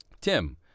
Tim